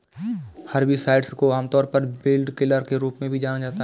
herbicides को आमतौर पर वीडकिलर के रूप में भी जाना जाता है